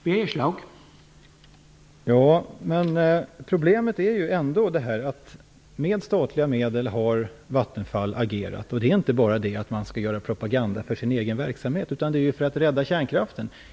Herr talman! Problemet är ändå att Vattenfall har agerat med hjälp av statliga medel. Det handlar inte bara om att man har gjort propaganda för sin egen verksamhet, utan man har agerat för att rädda kärnkraften.